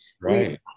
Right